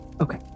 okay